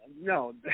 No